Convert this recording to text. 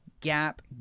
gap